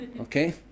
Okay